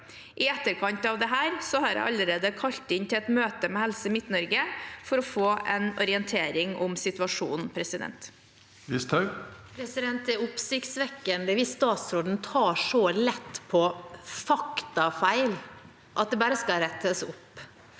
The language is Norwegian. I etterkant av dette har jeg allerede kalt inn til et møte med Helse Midt-Norge for å få en orientering om situasjonen. Sylvi Listhaug (FrP) Det er oppsiktsvek- kende hvis statsråden tar så lett på faktafeil at det bare skal rettes opp.